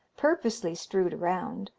purposely strewed around,